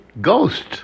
Ghosts